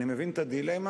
אני מבין את הדילמה.